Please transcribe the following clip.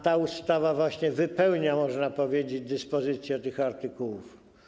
Ta ustawa właśnie wypełnia - można powiedzieć - dyspozycje tych artykułów.